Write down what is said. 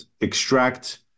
extract